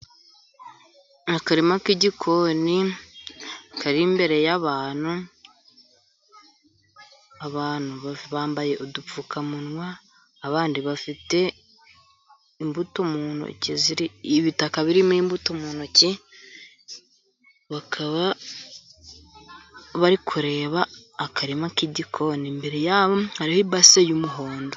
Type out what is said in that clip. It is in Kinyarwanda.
Ni akarima k'igikoni kari imbere y'abantu, abantu bambaye udupfukamunwa abandi bafite imbuto mu ntoki, ibitaka birimo imbuto mu ntoki, bakaba bari kureba akarima k'igikoni, imbere yabo hariho ibase y'umuhondo.